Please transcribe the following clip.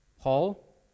Paul